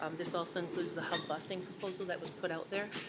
um this also includes the hub busing proposal that was put out there.